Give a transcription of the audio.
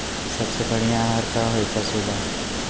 सबसे बढ़िया आहार का होई पशु ला?